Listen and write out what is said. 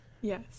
Yes